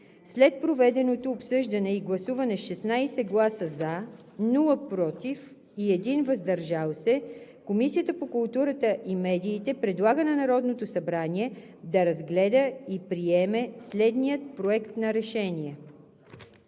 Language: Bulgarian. След проведеното обсъждане и гласуване с 16 гласа „за“ без „против“ и 1 глас „въздържал се“ Комисията по културата и медиите предлага на Народното събрание да разгледа и приеме следния: „Проект! РЕШЕНИЕ